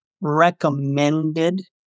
recommended